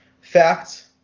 facts